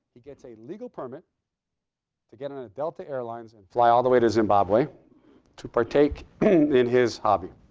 he gets a legal permit to get on a delta airlines and fly all the way to zimbabwe to partake in his hobby.